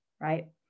right